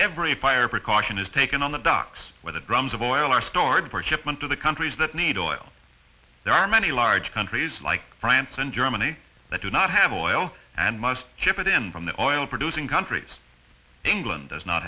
every fire precaution is taken on the docks where the drums of oil are stored for shipment to the countries that need oil there are many large countries like france and germany that do not have oil and must ship it in from the oil producing countries england does not